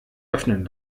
öffnen